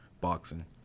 boxing